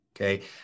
okay